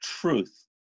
truth